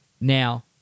Now